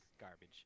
garbage